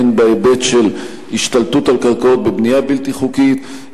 הן בהיבט של השתלטות על קרקעות בבנייה בלתי חוקית,